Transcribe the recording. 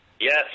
yes